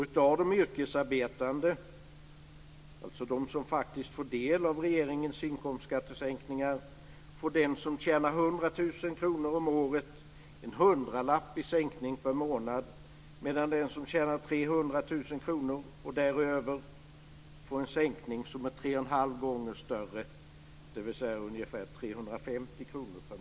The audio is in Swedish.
Bland de yrkesarbetande - alltså de som faktiskt får del av regeringens inkomstskattesänkningar - får den som tjänar 100 000 kr om året en hundralapp i sänkning per månad, medan den som tjänar 300 000 kr och därutöver får en sänkning som är tre och en halv gånger så stor, dvs. ungefär 350 kr per månad.